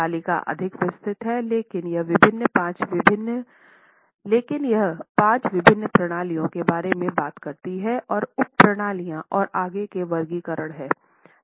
तालिका अधिक विस्तृत है लेकिन यह 5 विभिन्न प्रणालियाँ के बारे में बात करती है और उप प्रणालियाँ और आगे के वर्गीकरण हैं